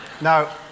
Now